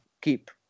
Keep